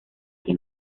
que